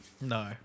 No